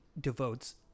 devotes